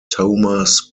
thomas